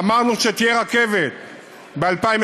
אמרנו שתהיה רכבת ב-2021,